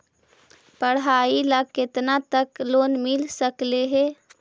पढाई ल केतना तक लोन मिल सकले हे?